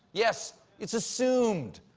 yes, it's assumed.